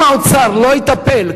אם האוצר לא יטפל,